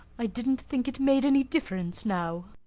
i didn't think it made any difference now.